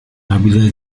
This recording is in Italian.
abile